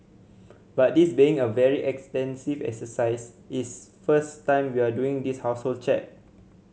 but this being a very extensive exercise it's first time we are doing this household check